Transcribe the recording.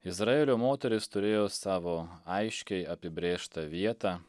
izraelio moterys turėjo savo aiškiai apibrėžtą vietą